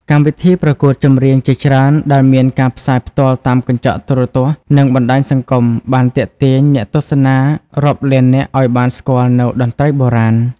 កម្មវិធីប្រកួតចម្រៀងជាច្រើនដែលមានការផ្សាយផ្ទាល់តាមកញ្ចក់ទូរទស្សន៍និងបណ្ដាញសង្គមបានទាក់ទាញអ្នកទស្សនារាប់លាននាក់ឲ្យបានស្គាល់នូវតន្ត្រីបុរាណ។